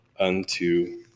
unto